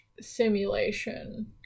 simulation